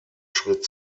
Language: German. schritt